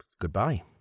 goodbye